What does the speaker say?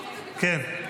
כן.